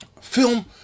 Film